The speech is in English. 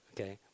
okay